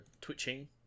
twitching